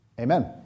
Amen